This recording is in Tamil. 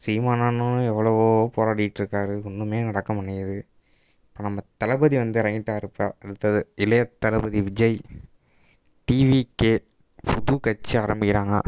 சீமான் அண்ணனோ எவ்வளவோ போராடிட்டுருக்காரு ஒன்றுமே நடக்க மாட்டேங்குது இப்போ நம்ம தளபதி வந்து இறங்கிட்டாரு இப்போ அடுத்தது Ilaya Thalapathy Vijay T V K புது கட்சி ஆரம்பிக்கிறாங்க